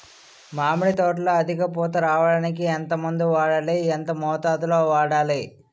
మామిడి తోటలో అధిక పూత రావడానికి ఎంత మందు వాడాలి? ఎంత మోతాదు లో వాడాలి?